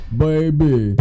baby